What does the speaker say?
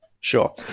Sure